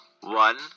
One